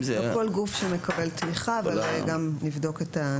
לא כל גוף שמקבל תמיכה, אבל גם נבדוק את הנקודה.